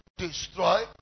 Destroy